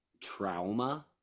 trauma